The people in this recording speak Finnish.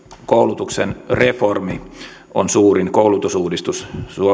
koulutuksen reformi on suurin koulutusuudistus